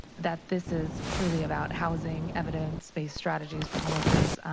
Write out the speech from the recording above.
that this is truly about housing, evidence-based strategies for homelessness,